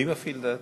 מי מפעיל את האתר?